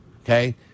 Okay